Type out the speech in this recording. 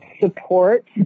support